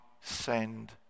send